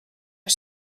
are